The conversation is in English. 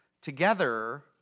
together